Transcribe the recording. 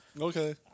Okay